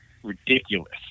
Ridiculous